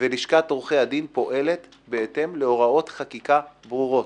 ולשכת עורכי הדין פועלת בהתאם להוראות חקיקה ברורות.